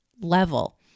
level